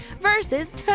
versus